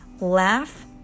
laugh